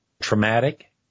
traumatic